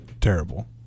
terrible